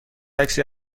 عکسی